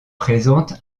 présente